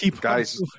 Guys